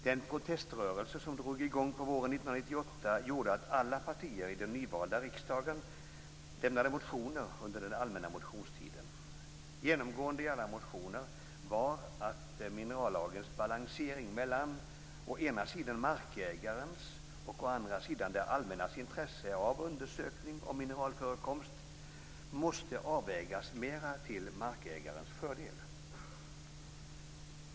Den proteströrelse som drog i gång på våren 1998 gjorde att alla partier i den nyvalda riksdagen lämnade in motioner under den allmänna motionstiden. Genomgående i alla motioner var att minerallagens balansering mellan å ena sidan markägarens och å andra sidan det allmännas intresse av undersökning om mineralförekomst måste avvägas mera till markägarens fördel.